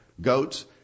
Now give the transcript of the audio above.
goats